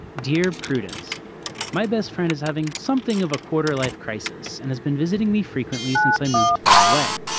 dear prudence my best friend is having something of a quarter life crisis and has been visiting me frequently since i moved far away.